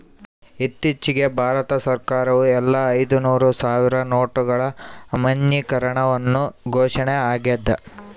ಇತ್ತೀಚಿಗೆ ಭಾರತ ಸರ್ಕಾರವು ಎಲ್ಲಾ ಐದುನೂರು ಸಾವಿರ ನೋಟುಗಳ ಅಮಾನ್ಯೀಕರಣವನ್ನು ಘೋಷಣೆ ಆಗ್ಯಾದ